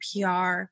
PR